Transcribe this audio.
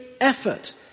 effort